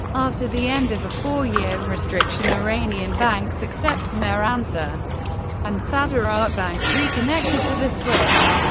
after the end of a four year restriction, iranian banks except mehr, ansar and saderat banks reconnected to the swift.